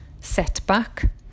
setback